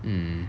mm